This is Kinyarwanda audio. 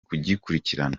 kugikurikirana